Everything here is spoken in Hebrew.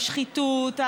השחיתות,